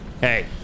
hey